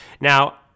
Now